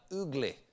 ugly